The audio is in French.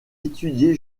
étudié